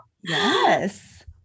Yes